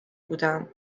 بودم